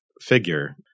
figure